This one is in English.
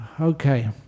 Okay